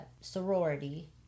sorority